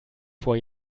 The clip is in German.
vor